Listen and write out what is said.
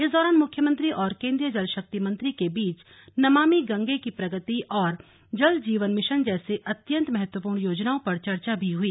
इस दौरान मुख्यमंत्री और केन्द्रीय जल शक्ति मंत्री के बीच नमामि गंगे की प्रगति और जल जीवन मिशन जैसे अत्यंत महत्वपूर्ण योजनाओं पर चर्चा भी हुई